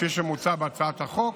כפי שמוצע בהצעת החוק,